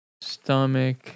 stomach